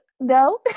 No